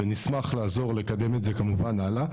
ונשמח לקדם את זה הלאה.